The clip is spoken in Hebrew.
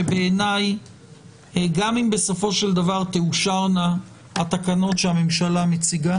שבעיניי גם אם בסופו של דבר תאושרנה התקנות שהממשלה מציגה